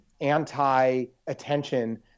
anti-attention